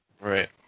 Right